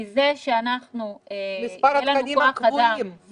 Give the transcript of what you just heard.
כי זה שאין לנו כוח אדם,